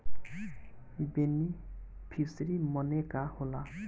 Beneficiary मने का होला?